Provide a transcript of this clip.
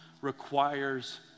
requires